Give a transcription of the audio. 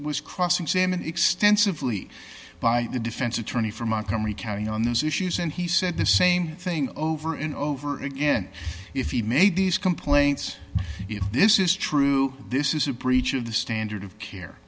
was cross examined extensively by the defense attorney from montgomery county on those issues and he said the same thing over and over again if he made these complaints if this is true this is a breach of the standard of care